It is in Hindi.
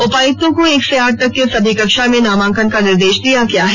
उपायुक्तों को एक से आठ तक के सभी कक्षा में नामांकन का निर्देश दिया गया है